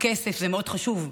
הכסף מאוד חשוב,